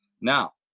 now